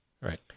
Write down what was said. Right